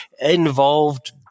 involved